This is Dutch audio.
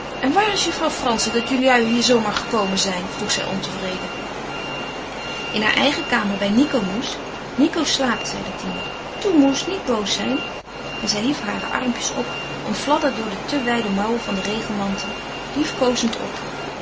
en waar is juffrouw frantzen dat jullui hier zoo maar gekomen zijn vroeg zij ontevreden in haar eigen kamer bij nico moes nico slaapt zeide tine toe moes niet boos zijn en zij hief hare armpjes omfladderd door de te wijde mouwen van den regenmantel liefkoozend op